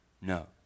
No